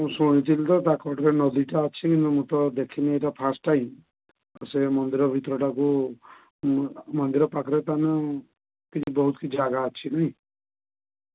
ମୁଁ ଶୁଣିଥିଲି ତ ପାଖରେ ଟିକିଏ ନଦୀଟା ଅଛି ମୁଁ ତ ଦେଖିନି ଏଇତ ଫାର୍ଷ୍ଟ ଟାଇମ୍ ଆଉ ସେ ମନ୍ଦିର ଭିତରଟାକୁ ମୁଁ ମନ୍ଦିର ପାଖରେ ତ ଆମେ ଠିକ୍ ବହୁତ କିଛି ଜାଗା ଅଛି ନାଇ